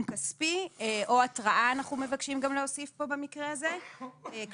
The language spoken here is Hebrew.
כספי אנחנו מבקשים להוסיף כאן או התראה במקרה הזה כלומר,